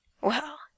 Well